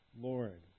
Lord